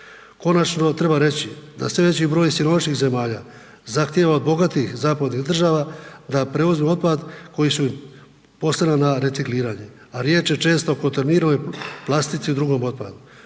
Konačno, treba reći da sve veći broj siromašnih zemalja zahtjeva od bogatih zapadnih država da preuzmu otpad koji su im poslali na recikliranje, a riječ je često o .../Govornik se ne razumije./... plastici i drugom otpadu.